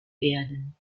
werden